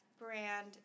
brand